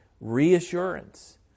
reassurance